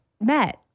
met